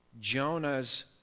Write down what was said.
Jonah's